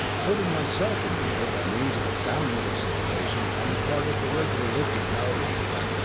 holding myself in the air by means of a downward acceleration on the part of the regular lifting power units.